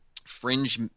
fringe